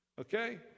okay